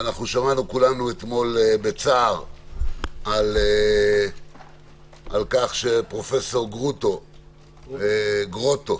שמענו אתמול כולנו בצער על כך שפרופ' גרוטו